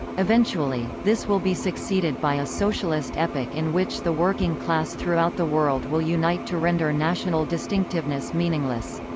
eventually, this will be succeeded by a socialist epoch in which the working class throughout the world world will unite to render national distinctiveness meaningless.